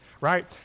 right